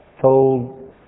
told